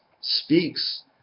speaks